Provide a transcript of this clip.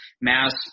Mass